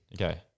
Okay